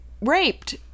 raped